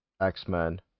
X-Men